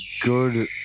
good